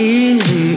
easy